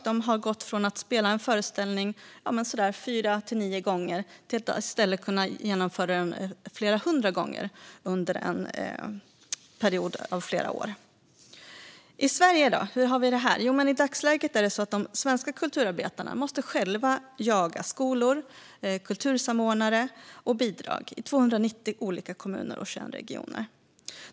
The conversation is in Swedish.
De har gått från att spela en föreställning fyra till nio gånger till att i stället över några års tid framföra den flera hundra gånger. I Sverige måste de svenska kulturarbetarna i dagsläget däremot själva jaga skolor, kultursamordnare och bidrag i 290 kommuner och 21 regioner.